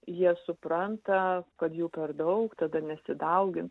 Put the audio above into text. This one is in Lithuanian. jie supranta kad jų per daug tada nesidaugins